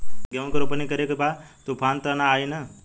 गेहूं के रोपनी करे के बा तूफान त ना आई न?